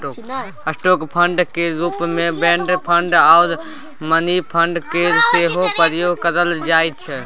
stock fund केर रूप मे बॉन्ड फंड आ मनी फंड केर सेहो प्रयोग करल जाइ छै